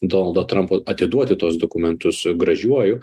donaldo trampo atiduoti tuos dokumentus gražiuoju